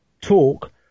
talk